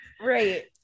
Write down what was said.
Right